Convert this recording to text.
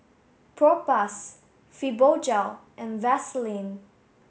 Propass Fibogel and Vaselin